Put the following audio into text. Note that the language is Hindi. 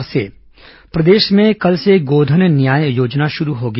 गोधन न्याय योजना प्रदेश में कल से गोधन न्याय योजना शुरू होगी